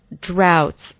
droughts